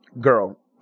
girl